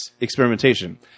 experimentation